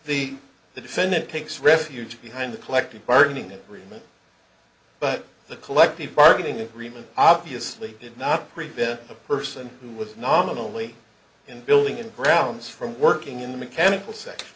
the the defendant takes refuge behind the collective bargaining agreement but the collective bargaining agreement obviously did not prevent a person who was nominally in building in grounds from working in the mechanical s